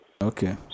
Okay